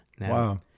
Wow